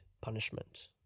punishment